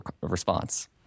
response